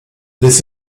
this